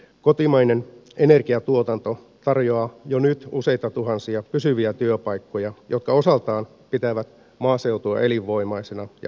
kotimainen energiatuotanto tarjoaa jo nyt useita tuhansia pysyviä työpaikkoja jotka osaltaan pitävät maaseutua elinvoimaisena ja asuttuna